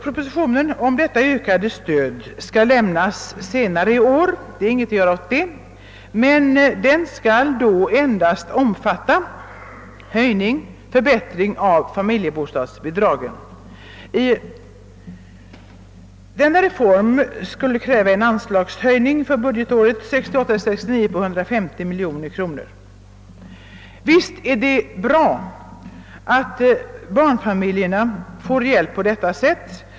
Propositionen om detta ökade stöd skall lämnas senare i år — det är inte något att göra åt det — men den skall då endast omfatta höjning och förbättring av familjebostadsbidragen. Denna reform skulle kräva en anslagshöjning för budgetåret 1968/69 på 150 miljoner kronor. Visst är det bra att barnfamiljerna får hjälp på detta sätt.